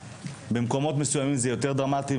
במקומות מסוימים זה יותר דרמטי,